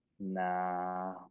Nah